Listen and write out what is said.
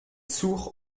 sourd